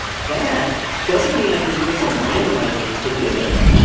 that doesn't mean i can just pick some random id and stick it in there though.